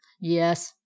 yes